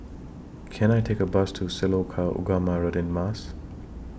Can I Take A Bus to Sekolah Ugama Radin Mas